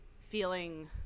feeling